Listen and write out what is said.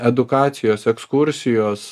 edukacijos ekskursijos